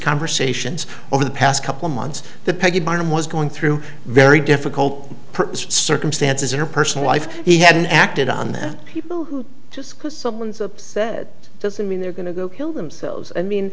conversations over the past couple months that peggy barnum was going through very difficult circumstances in her personal life he hadn't acted on that just because someone's upset doesn't mean they're going to go kill themselves i mean